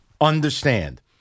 understand